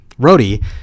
roadie